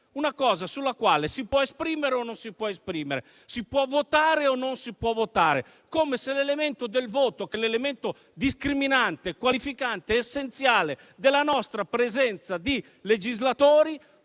una cosa sulla quale si può esprimere o non si può esprimere, si può votare o non si può votare, come se il voto, che è l'elemento discriminante, qualificante ed essenziale della nostra presenza di legislatori,